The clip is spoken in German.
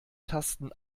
tasten